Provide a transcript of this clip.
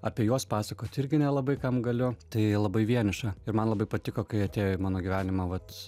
apie juos pasakoti irgi nelabai kam galiu tai labai vieniša ir man labai patiko kai atėjo į mano gyvenimą vat